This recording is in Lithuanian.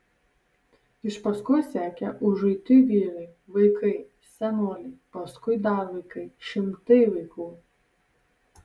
iš paskos sekė užuiti vyrai vaikai senoliai paskui dar vaikai šimtai vaikų